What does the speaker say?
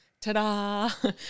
ta-da